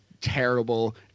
terrible